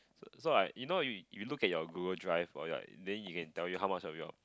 so I you know you you look at your Google Drive or like then you can tell you how much of your